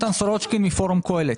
אני מפורום קהלת.